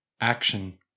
Action